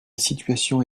situation